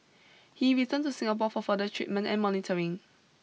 he returned to Singapore for further treatment and monitoring